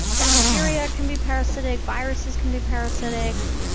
and bacteria can be parasitic, viruses can be parasitic,